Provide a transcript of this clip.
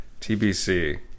TBC